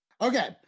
Okay